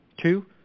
Two